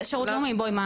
זה שירות לאומי.